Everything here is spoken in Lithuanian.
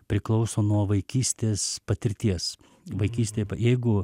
priklauso nuo vaikystės patirties vaikystėj jeigu